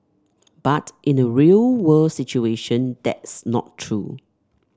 but in a real world situation that's not true